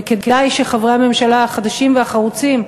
וכדאי שחברי הממשלה החדשים והחרוצים,